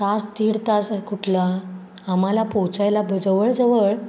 तास तीड तास आहे कुठला आम्हाला पोहचायला ब जवळ जवळ